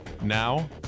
Now